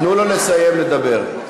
תנו לו לסיים לדבר.